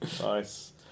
Nice